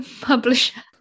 publisher